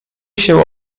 się